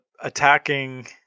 attacking